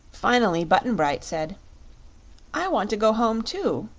finally, button-bright said i want to go home, too.